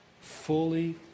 Fully